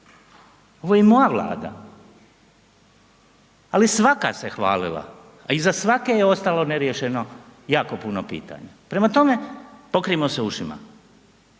ovo je i moja Vlada, ali svaka se hvalila, a iza svake je ostalo neriješeno jako puno pitanja. Prema tome, pokrijmo se ušima.